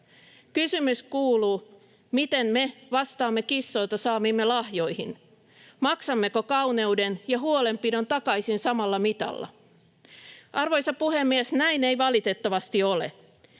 Kysymys kuuluu: Miten me vastaamme kissoilta saamiimme lahjoihin? Maksammeko kauneuden ja huolenpidon takaisin samalla mitalla? Arvoisa puhemies! Näin ei valitettavasti ole.